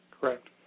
Correct